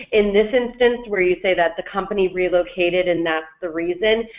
in this instance where you say that the company relocated and that's the reason,